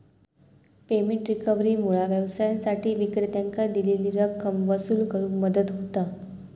payment रिकव्हरीमुळा व्यवसायांसाठी विक्रेत्यांकां दिलेली रक्कम वसूल करुक मदत होता